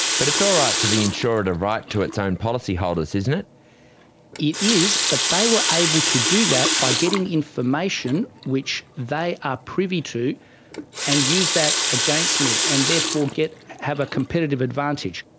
but it's all right for the insurer to write to its own policyholders isn't it? it is, but they were able to do that by getting information which they are privy to and use that against me and therefore have a competitive advantage.